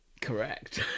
Correct